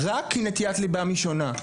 רק כי נטיית לבם היא שונה.